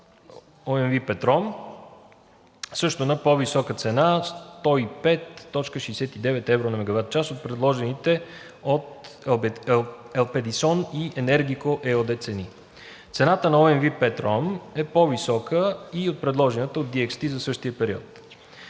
„ОМВ Петром“ също на пo-висока цена – 105,69 евро за мегаватчас, от предложените от „Елпедисон“ и „Енергико“ ЕООД цени. Цената на „ОМВ Петром“ е по-висока и от предложената от DXT за същия период.